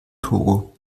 togo